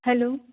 hello